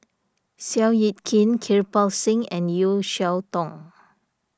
Seow Yit Kin Kirpal Singh and Yeo Cheow Tong